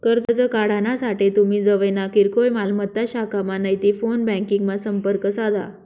कर्ज काढानासाठे तुमी जवयना किरकोय मालमत्ता शाखामा नैते फोन ब्यांकिंगमा संपर्क साधा